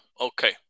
Okay